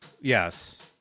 yes